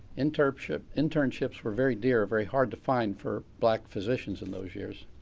internships internships were very dear, very hard to find for black physicians in those years.